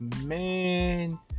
man